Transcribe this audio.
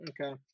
Okay